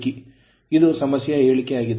ಇದು ಸಮಸ್ಯೆಯ ಹೇಳಿಕೆಯಾಗಿದೆ